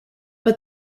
but